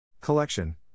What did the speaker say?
Collection